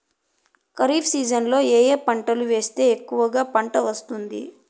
ఖరీఫ్ సీజన్లలో ఏ ఏ పంటలు వేస్తే ఎక్కువగా పంట వస్తుంది?